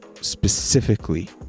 specifically